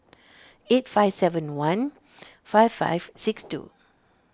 eight five seven one five five six two